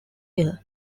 year